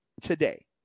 today